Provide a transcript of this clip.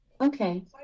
Okay